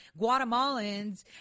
Guatemalans